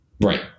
Right